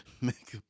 Make